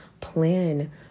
plan